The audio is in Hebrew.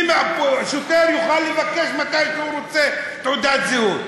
שוטר יוכל לבקש מתי שהוא רוצה תעודת זהות,